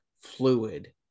fluid